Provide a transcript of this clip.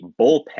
bullpen